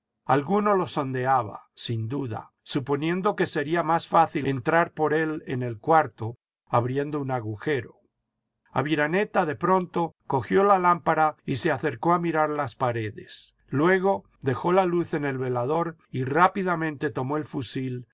alguno lo sondeaba sin duda suponiendo que sería más fácil entrar por él en el cuarto abriendo un agujero aviraneta de pronto cogió la lámpara y se acercó a mirar las paredes luego dejó la luz en el velador y rápidamente tomó el fusil